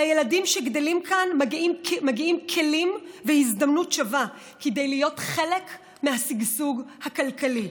לילדים שגדלים כאן מגיעים כלים והזדמנות שווה להיות חלק מהשגשוג הכלכלי.